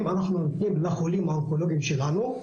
אנחנו נותנים לחולים האונקולוגים שלנו,